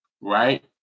Right